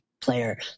player